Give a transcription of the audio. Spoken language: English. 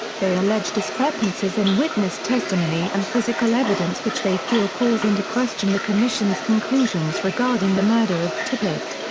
they allege discrepancies in witness testimony and physical evidence which they feel calls into question the commission's conclusions regarding the murder of tippit.